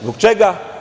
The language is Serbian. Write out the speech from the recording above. Zbog čega?